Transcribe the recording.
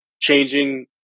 changing